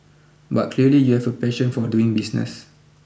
but clearly you have a passion for doing business